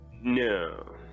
no